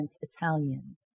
Italian